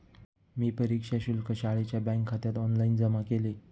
मी परीक्षा शुल्क शाळेच्या बँकखात्यात ऑनलाइन जमा केले